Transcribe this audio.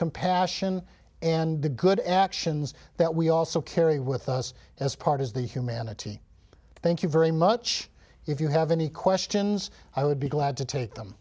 compassion and the good actions that we also carry with us as part is the humanity thank you very much if you have any questions i would be glad to take them